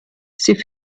sie